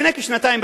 לפני כשנתיים,